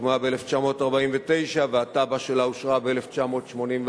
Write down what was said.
שהוקמה ב-1949 והתב"ע שלה אושרה ב-1981.